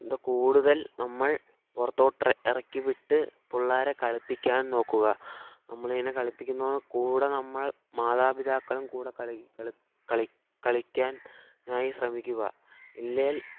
കൂടുതൽ നമ്മൾ പുറത്തോട്ട് ഇറക്കിവിട്ട് പിള്ളാരെ കളിപ്പിക്കാൻ നോക്കുക നമ്മളിങ്ങനെ കളിപ്പിക്കുന്നോടെ കൂടെ നമ്മൾ മാതാപിതാക്കളും കൂടെ കളിക്കാനായി ശ്രമിക്കുക ഇല്ലേൽ